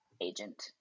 agent